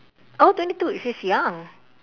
oh twenty two she's young